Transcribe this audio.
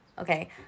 okay